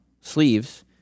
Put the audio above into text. sleeves